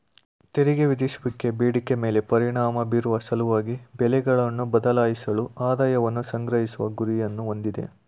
ತೆರಿಗೆ ವಿಧಿಸುವಿಕೆ ಬೇಡಿಕೆ ಮೇಲೆ ಪರಿಣಾಮ ಬೀರುವ ಸಲುವಾಗಿ ಬೆಲೆಗಳನ್ನ ಬದಲಾಯಿಸಲು ಆದಾಯವನ್ನ ಸಂಗ್ರಹಿಸುವ ಗುರಿಯನ್ನ ಹೊಂದಿದೆ